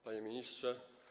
Panie Ministrze!